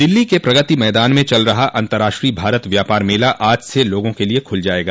दिल्ली के प्रगति मैदान में चल रहा अंतर्राष्ट्रीय भारत व्यापार मेला आज से लोगों के लिए खुल जायेगा